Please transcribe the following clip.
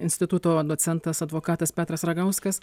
instituto docentas advokatas petras ragauskas